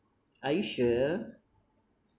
are you sure